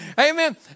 Amen